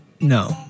no